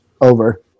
over